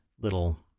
little